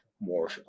more